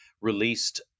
released